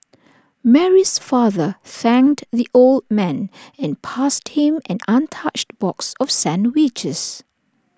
Mary's father thanked the old man and passed him an untouched box of sandwiches